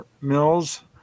Mills